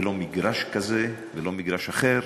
ולא מגרש כזה, ולא מגרש אחר,